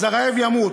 הרעב ימות.